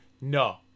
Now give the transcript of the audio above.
No